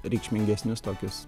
reikšmingesnius tokius